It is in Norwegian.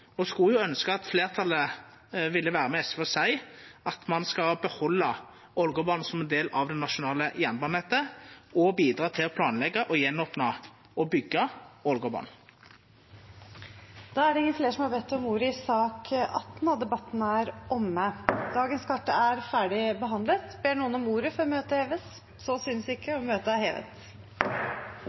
Og eg skulle jo ønskja at fleirtalet ville vera med SV og seia at ein skal behalda Ålgårdbanen som ein del av det nasjonale jernbanenettet og bidra til å planleggja å opna igjen, å byggja, Ålgårdbanen. Flere har ikke bedt om ordet til sak nr. 18. Dagens kart er ferdig behandlet. Ber noen om ordet før møtet heves? – Møtet